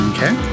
Okay